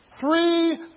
Three